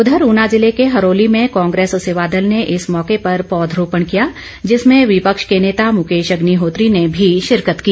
उधर ऊना जिले के हरोली में कांग्रेस सेवा दल ने इस मौके पर पौधरोपण किया जिसमें विपक्ष के नेता मुकेश अग्निहोत्री ने भी शिरकत की